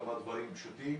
כמה דברים פשוטים.